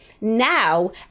Now